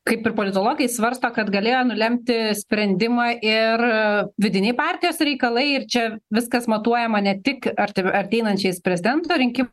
kaip ir politologai svarsto kad galėjo nulemti sprendimą ir vidiniai partijos reikalai ir čia viskas matuojama ne tik artim ateinančiais prezidento rinki